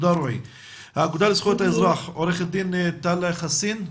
האגודה לזכויות האזרח, עו"ד טל חסין בבקשה.